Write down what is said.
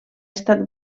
estat